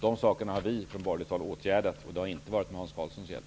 Detta har vi från borgerligt håll åtgärdat. Det har inte skett med Hans Karlssons hjälp.